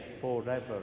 forever